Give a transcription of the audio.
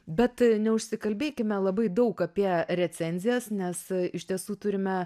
bet neužsikalbėkime labai daug apie recenzijas nes iš tiesų turime